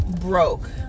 broke